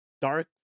Dark